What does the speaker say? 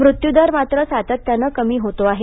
मृत्यूदर मात्र सातत्यानं कमी होतो आहे